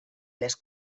les